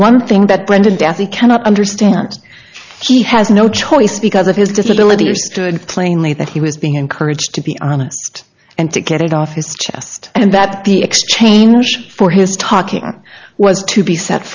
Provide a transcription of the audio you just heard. one thing that brenda deathy cannot understand he has no choice because of his disability or stood plainly that he was being encouraged to be honest and to get it off his chest and that the exchange for his talking was to be set